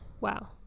Wow